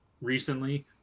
recently